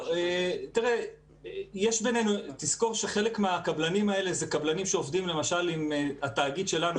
תזכור שחלק מהקבלנים האלה אלה קבלנים שעובדים למשל עם התאגיד שלנו,